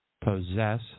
possess